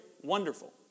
Wonderful